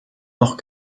noch